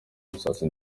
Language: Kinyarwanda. imisatsi